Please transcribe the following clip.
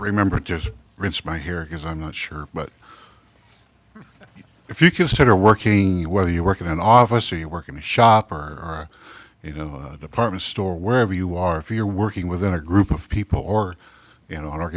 remember just rinse my hair is i'm not sure but if you consider working whether you work in an office or you work in a shop or are you know department store wherever you are if you're working within a group of people or you know an o